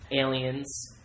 Aliens